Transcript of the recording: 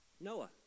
Noah